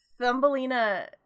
Thumbelina